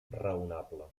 raonable